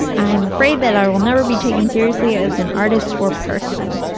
i'm afraid that i will never be taken seriously as an artist or person.